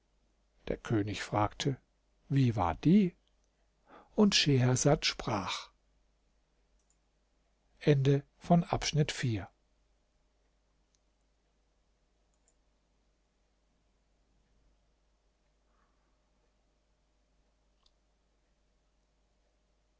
der könig fragte wie war die und schehersad sprach